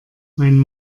mein